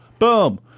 Boom